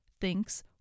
thinks